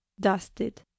dusted